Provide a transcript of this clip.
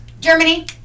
Germany